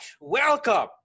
Welcome